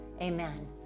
amen